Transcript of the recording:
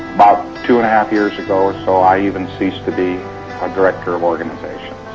about two and a half years ago or so i even ceased to be a director of organizations.